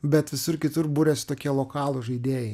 bet visur kitur buriasi tokie lokalūs žaidėjai